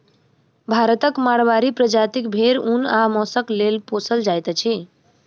भारतक माड़वाड़ी प्रजातिक भेंड़ ऊन आ मौंसक लेल पोसल जाइत अछि